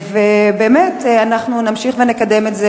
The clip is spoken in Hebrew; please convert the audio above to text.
ובאמת אנחנו נמשיך ונקדם אותה.